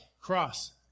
cross